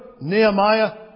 Nehemiah